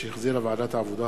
שהחזירה ועדת העבודה,